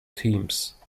teams